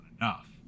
enough